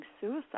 suicide